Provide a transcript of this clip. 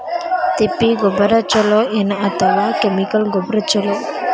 ತಿಪ್ಪಿ ಗೊಬ್ಬರ ಛಲೋ ಏನ್ ಅಥವಾ ಕೆಮಿಕಲ್ ಗೊಬ್ಬರ ಛಲೋ?